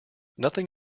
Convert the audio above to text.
nothing